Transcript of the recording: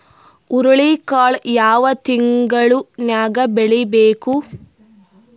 ಹುರುಳಿಕಾಳು ಯಾವ ತಿಂಗಳು ನ್ಯಾಗ್ ಬೆಳಿಬೇಕು?